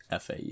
FAU